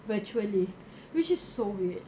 virtually which is so weird